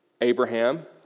Abraham